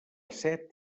set